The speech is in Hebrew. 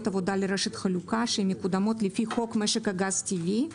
עבודה לרשת חלוקה שמקודמות לפי חוק משק הגז הטבעי.